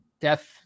death